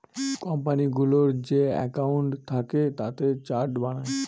কোম্পানিগুলোর যে একাউন্ট থাকে তাতে চার্ট বানায়